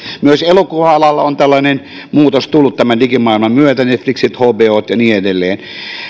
myös elokuva alalla on tällainen muutos tullut tämän digimaailman myötä netflixit hbot ja niin edelleen